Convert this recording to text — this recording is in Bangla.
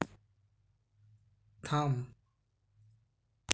থাম